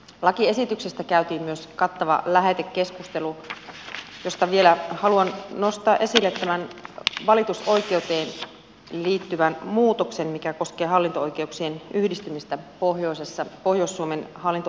lakiesityksestä käytiin myös kattava lähetekeskustelu josta vielä haluan nostaa esille tämän valitusoikeuteen liittyvän muutoksen mikä koskee hallinto oikeuksien yhdistymistä pohjoisessa pohjois suomen hallinto oikeuksiksi